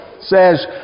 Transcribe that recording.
says